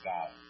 God